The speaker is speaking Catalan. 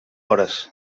hores